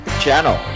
channel